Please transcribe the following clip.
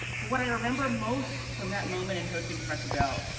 but what i remember most from that moment in hosting professor bell,